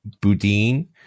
Boudin